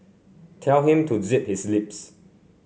tell him to zip his lips